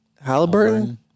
Halliburton